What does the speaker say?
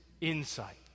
insight